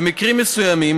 במקרים מסוימים,